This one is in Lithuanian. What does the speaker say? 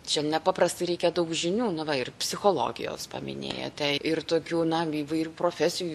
čia nepaprastai reikia daug žinių na va ir psichologijos paminėjote ir tokių na įvairių profesijų